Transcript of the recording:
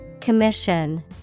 Commission